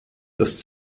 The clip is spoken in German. des